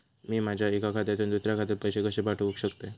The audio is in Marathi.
मी माझ्या एक्या खात्यासून दुसऱ्या खात्यात पैसे कशे पाठउक शकतय?